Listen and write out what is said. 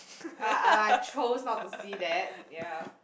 I I choose not to see that ya